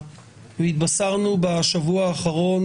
שמוסיפה חטא על פשע.